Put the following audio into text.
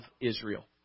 Israel